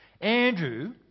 Andrew